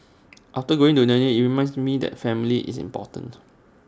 after going into the New Year IT reminds me that family is important